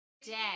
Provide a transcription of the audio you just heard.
today